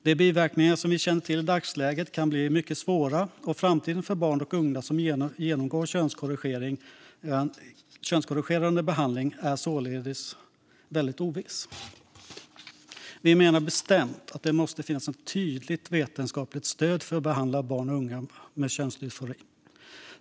De biverkningar som vi känner till i dagsläget kan bli mycket svåra, och framtiden för barn och unga som genomgår könskorrigerande behandling är således väldigt oviss. Vi menar bestämt att det måste finnas ett tydligt vetenskapligt stöd för att behandla barn och unga med könsdysfori.